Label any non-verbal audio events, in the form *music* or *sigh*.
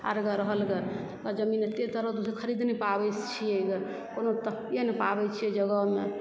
आर गे रहल गे जमीन अत्ते तरद्दुत से खरीद नहि पाबय छियै गे कोनो *unintelligible* नहि पाबय छियै जगहमे